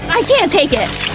i can't take it